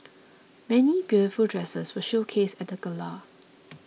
many beautiful dresses were showcased at the gala